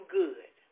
good